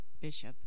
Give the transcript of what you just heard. bishop